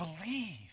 believe